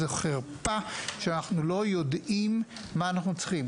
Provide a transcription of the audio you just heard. זו חרפה שאנחנו לא יודעים מה אנחנו צריכים.